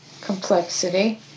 complexity